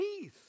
peace